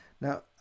Now